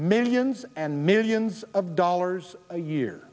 millions and millions of dollars a year